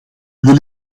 wil